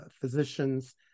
physicians